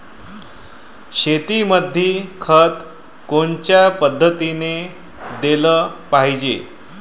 शेतीमंदी खत कोनच्या पद्धतीने देलं पाहिजे?